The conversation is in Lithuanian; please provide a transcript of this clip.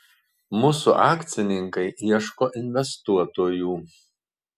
mūsų akcininkai ieško investuotojų